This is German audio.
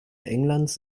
englands